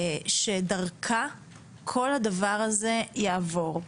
שדרכה כל הדבר הזה יעבור.